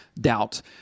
doubt